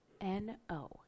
N-O